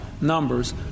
numbers